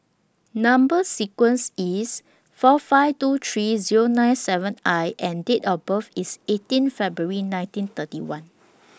Number sequence IS S four five two three Zero nine seven I and Date of birth IS eighteen February nineteen thirty one